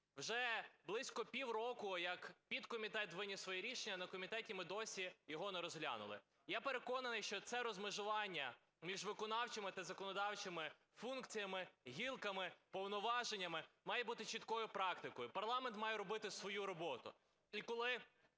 Вже близько півроку, як підкомітет виніс своє рішення на комітет і ми досі його не розглянули. Я переконаний, що це розмежування між виконавчими та законодавчими функціями, гілками, повноваженнями має бути чіткою практикою, парламент має робити свою роботу.